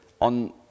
on